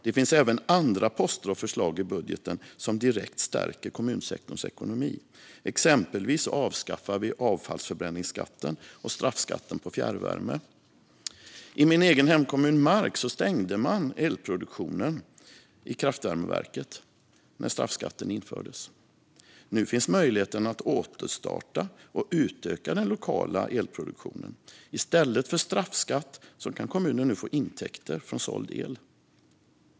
Det finns även andra poster och förslag i budgeten som direkt stärker kommunsektorns ekonomi. Exempelvis avskaffar vi avfallsförbränningsskatten och straffskatten på fjärrvärme. I min egen hemkommun Mark stängde man ned elproduktionen i kraftvärmeverket när straffskatten infördes. Nu finns möjligheten att återstarta och utöka den lokala elproduktionen. I stället för straffskatt kan kommunen nu få intäkter från såld el.